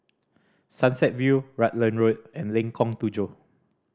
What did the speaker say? Sunset View Rutland Road and Lengkong Tujuh